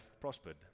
prospered